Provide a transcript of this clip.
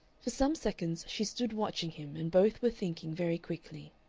for some seconds she stood watching him and both were thinking very quickly.